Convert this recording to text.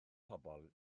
pobl